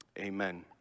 Amen